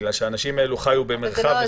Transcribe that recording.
מכיוון שהאנשים האלה חיו במרחק מסוים.